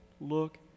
look